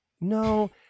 No